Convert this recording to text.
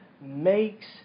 makes